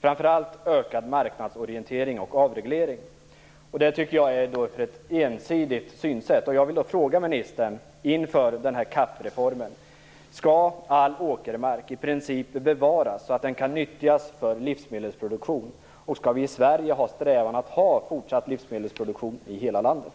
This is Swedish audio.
då fram ökad marknadsorientering och avreglering. Det tycker jag är ett ensidigt synsätt. Sverige sträva efter att ha fortsatt livsmedelsproduktion i hela landet?